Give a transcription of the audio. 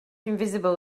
invisible